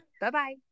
Bye-bye